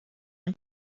خیلی